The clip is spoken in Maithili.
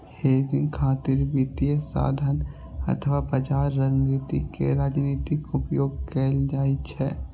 हेजिंग खातिर वित्तीय साधन अथवा बाजार रणनीति के रणनीतिक उपयोग कैल जाइ छै